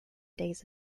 days